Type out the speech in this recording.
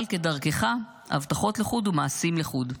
אבל כדרכך, הבטחות לחוד ומעשים לחוד.